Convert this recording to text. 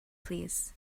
plîs